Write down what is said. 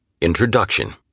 Introduction